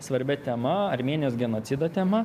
svarbia tema armėnijos genocido tema